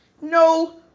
No